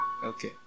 Okay